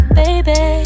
baby